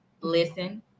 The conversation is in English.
Listen